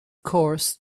course